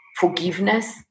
forgiveness